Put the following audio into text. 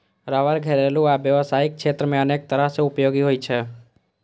रबड़ घरेलू आ व्यावसायिक क्षेत्र मे अनेक तरह सं उपयोगी होइ छै